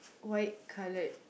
white coloured